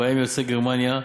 ובהן יוצאי גרמניה,